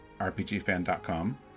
rpgfan.com